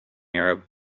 arab